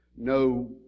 no